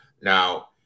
Now